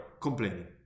complaining